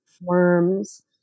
worms